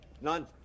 None